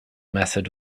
method